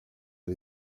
dei